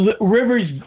Rivers